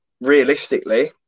realistically